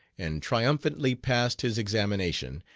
and triumphantly passed his examination,